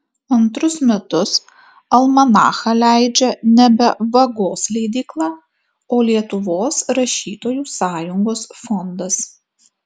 antrus metus almanachą leidžia nebe vagos leidykla o lietuvos rašytojų sąjungos fondas